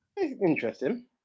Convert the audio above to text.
Interesting